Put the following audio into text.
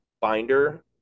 binder